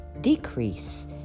Decrease